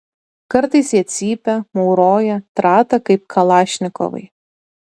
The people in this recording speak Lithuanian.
kartais jie cypia mauroja trata kaip kalašnikovai